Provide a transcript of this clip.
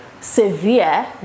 severe